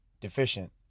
deficient